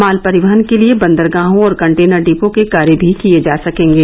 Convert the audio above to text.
माल परिवहन के लिए बंदरगाहों और कंटेनर डिपो के कार्य भी किये जा सकेंगे